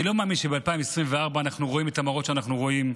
אני לא מאמין שב-2024 אנחנו רואים את המראות שאנחנו רואים.